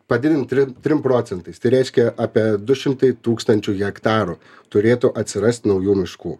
padidint trim trim procentais tai reiškia apie du šimtai tūkstančių hektarų turėtų atsirasti naujų miškų